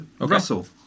Russell